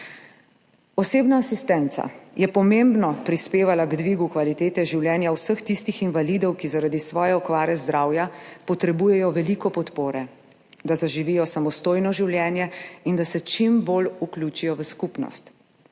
Osebna asistenca je pomembno prispevala k dvigu kvalitete življenja vseh tistih invalidov, ki zaradi svoje okvare zdravja potrebujejo veliko podpore, da zaživijo samostojno življenje in da se čim bolj vključijo v skupnost.